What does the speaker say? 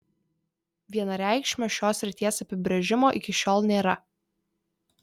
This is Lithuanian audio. vienareikšmio šios srities apibrėžimo iki šiol nėra